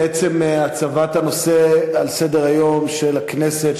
עצם הצבת הנושא על סדר-היום של הכנסת,